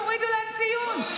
יורידו להם ציון.